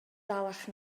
dalach